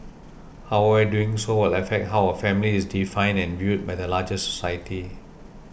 however doing so will affect how a family is defined and viewed by the larger society